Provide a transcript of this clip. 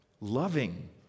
loving